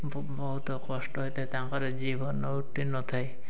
ବହୁତ କଷ୍ଟ ହୋଇଥାଏ ତାଙ୍କର ଜିଭ ଲେଉଟି ନଥାଏ